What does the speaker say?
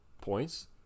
points